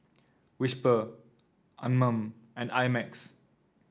Whisper Anmum and I Max